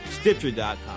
Stitcher.com